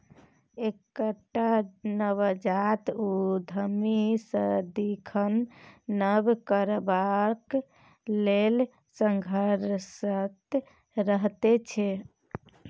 एकटा नवजात उद्यमी सदिखन नब करबाक लेल संघर्षरत रहैत छै